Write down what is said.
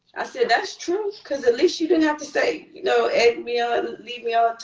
i said, that's true, cause at least you didn't have to say, you know, egg me on, lead me on,